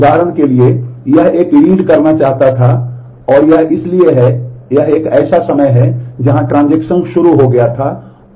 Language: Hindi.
उदाहरण के लिए यह एक रीड करना चाहता था और यह इसलिए है कि यह एक ऐसा समय है जहां ट्रांजेक्शन शुरू हो गया था और यह वह write था